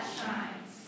shines